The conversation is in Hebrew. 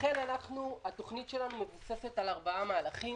התוכנית שלנו מבוססת על ארבעה מהלכים.